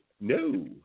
No